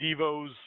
Devo's